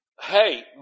hey